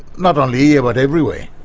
not only here but everywhere,